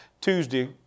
Tuesday